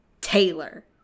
Taylor